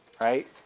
Right